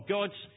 God's